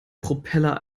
propeller